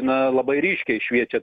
na labai ryškiai šviečiat